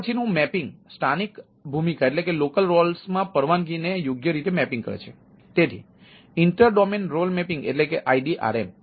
હવે પછીનું મેપિંગ એટલે કે આઇડીઆરએમ